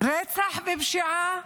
רצח ופשיעה.